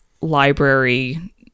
library